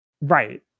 Right